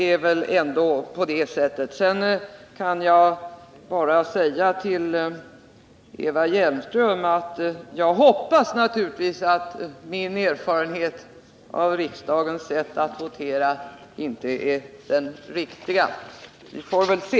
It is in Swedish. Till Eva Hjelmström vill jag bara säga att jag naturligtvis hoppas att min erfarenhet av riksdagens sätt att votera inte överensstämmer med de verkliga förhållandena. Vi får väl se ...